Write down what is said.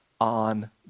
on